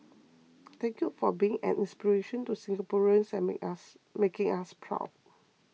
thank you for being an inspiration to Singaporeans and make us making us proud